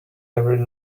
every